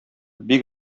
бик